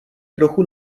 trochu